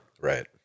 Right